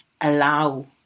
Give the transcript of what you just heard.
allow